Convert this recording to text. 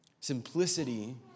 Simplicity